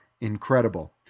incredible